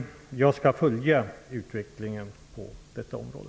Jag skall följa utvecklingen på detta område.